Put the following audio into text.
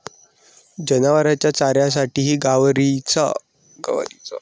जनावरांच्या चाऱ्यासाठीही गवारीचा उपयोग केला जातो